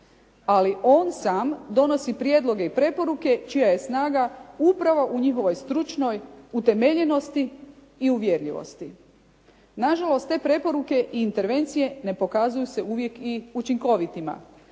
Ali on sam donosi prijedloge i preporuke čija je snaga upravo u njihovoj stručnoj utemeljenosti i uvjerljivosti. Nažalost te preporuke i intervencije ne pokazuju se uvijek i učinkovitima.